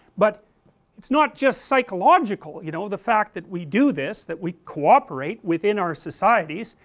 but it's not just psychological you know the fact that we do this, that we cooperate within our societies,